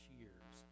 years